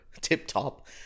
tip-top